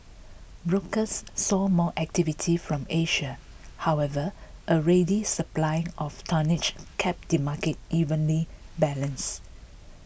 brokers saw more activity from Asia however a ready supply of tonnage kept the market evenly balanced